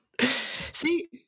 See